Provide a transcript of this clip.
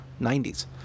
90s